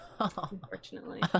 unfortunately